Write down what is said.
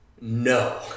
No